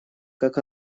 как